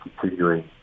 continuing